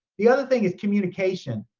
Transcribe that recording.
the other thing is communication.